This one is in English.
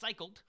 recycled